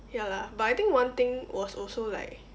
ya lah but I think one thing was also like